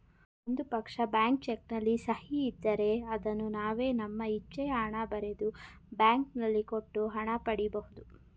ಒಂದು ಪಕ್ಷ, blank cheque ನಲ್ಲಿ ಸಹಿ ಇದ್ದರೆ ಅದನ್ನು ನಾವೇ ನಮ್ಮ ಇಚ್ಛೆಯ ಹಣ ಬರೆದು, ಬ್ಯಾಂಕಿನಲ್ಲಿ ಕೊಟ್ಟು ಹಣ ಪಡಿ ಬಹುದು